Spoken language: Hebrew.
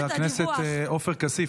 חבר הכנסת עופר כסיף,